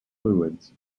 fluids